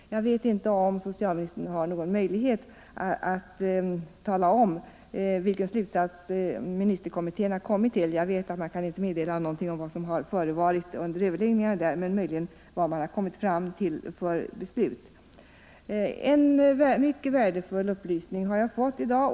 Jag vet inte om socialministern har någon möjlighet att tala om vilka slutsatser ministerkommittén har kommit till. Jag känner till att man inte kan meddela något om vad som har förevarit under överläggningarna där men möjligen vad man har kommit fram till för beslut. En mycket värdefull upplysning har jag fått i dag.